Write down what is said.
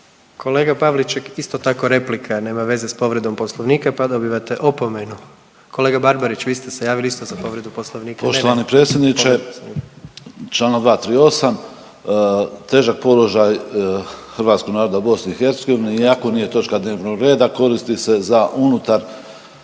Kolega Pavliček, isto tako replika, nema veze s povredom Poslovnika, pa dobivate opomenu. Kolega Barbarić vi ste se javili isto za povredu Poslovnika. **Barbarić, Nevenko (HDZ)** Poštovani predsjedniče, čl. 238., težak položaj hrvatskog naroda u BiH, iako nije točka dnevnog reda, koristi se za unutar